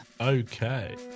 Okay